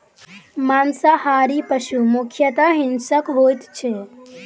मांसाहारी पशु मुख्यतः हिंसक होइत छै